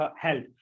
health